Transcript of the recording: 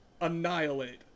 annihilate